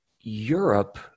Europe